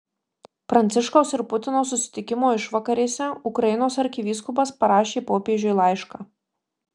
pranciškaus ir putino susitikimo išvakarėse ukrainos arkivyskupas parašė popiežiui laišką